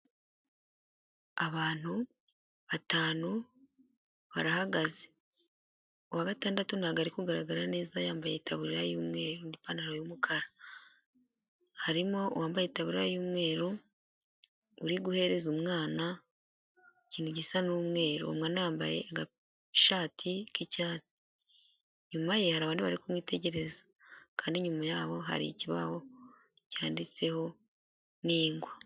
Abantu batanu barahagaze, uw'agatandatu ntabwo ari kugaragara neza yambaye itaburiya y'umweru mu ipantaro y'umukara, harimo uwambaye itaburiya y'umweru uri guhereza umwana ikintu gisa n'umweru anambaye agashati k'icyatsi nyuma ye bari kumwitegereza, kandi nyuma yaho hari ikibaho cyanditseho n'ingwa.